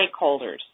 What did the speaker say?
stakeholders